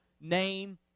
name